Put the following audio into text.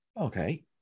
Okay